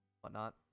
whatnot